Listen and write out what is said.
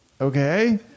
okay